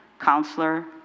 Counselor